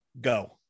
go